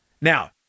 Now